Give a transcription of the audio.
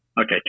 Okay